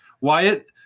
Wyatt